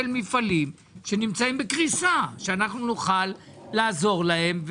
מפעלים שנמצאים בקריסה שאנחנו נוכל לעזור להם.